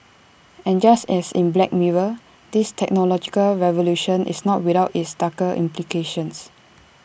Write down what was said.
and just as in black mirror this technological revolution is not without its darker implications